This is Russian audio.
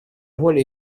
воля